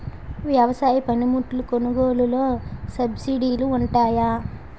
వ్యవసాయ పనిముట్లు కొనుగోలు లొ సబ్సిడీ లు వుంటాయా?